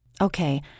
Okay